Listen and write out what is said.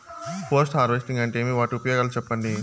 Post harvesting అంటే ఏమి? వాటి ఉపయోగాలు చెప్పండి?